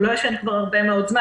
הוא לא ישן כבר הרבה מאוד זמן.